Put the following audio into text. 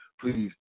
Please